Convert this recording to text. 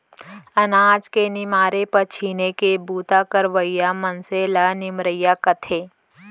अनाज के निमारे पछीने के बूता करवइया मनसे ल निमरइया कथें